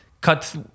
cut